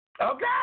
Okay